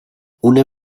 una